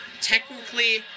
technically